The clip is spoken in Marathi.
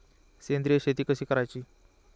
सेंद्रिय शेती कशी करायची?